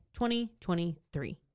2023